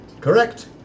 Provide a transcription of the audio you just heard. Correct